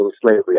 slavery